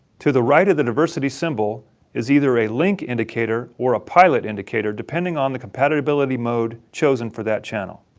to the right of the diversity symbol is either a link indicator or a pilot indicator depending on the compatibility mode chosen for that channel.